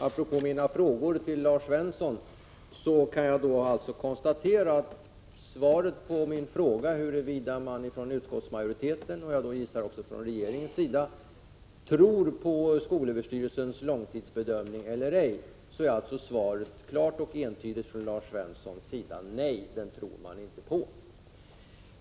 Apropå mina frågor till Lars Svensson kan jag konstatera att svaret på min fråga huruvida man från utskottsmajoritetens och, som jag gissar, också från regeringens sida tror på skolöverstyrelsens långtidsbedömning eller ej är ett klart och entydigt nej; den bedömningen tror man inte på.